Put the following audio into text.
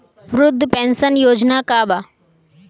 वृद्ध पेंशन योजना का बा?